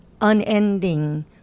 unending